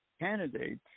Candidates